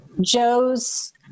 Joe's